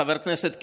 חבר הכנסת קיש,